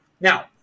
now